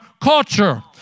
culture